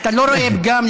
אתה לא רואה פגם,